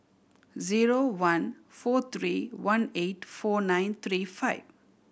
zero one four three one eight four nine three five